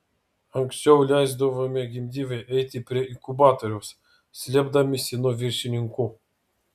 anksčiau leisdavome gimdyvei eiti prie inkubatoriaus slėpdamiesi nuo viršininkų